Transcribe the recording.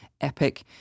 epic